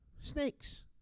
snakes